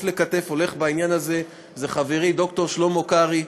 אל כתף הולך בעניין הזה זה חברי ד"ר שלמה קרעי,